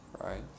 right